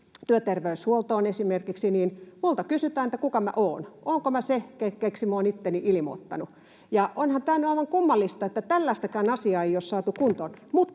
työterveyshuoltoon, niin minulta kysytään, kuka minä olen, olenko se, keneksi olen itseni ilmoittanut. Onhan tämä nyt aivan kummallista, että tällaistakaan asiaa ei ole saatu kuntoon,